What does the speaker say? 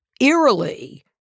eerily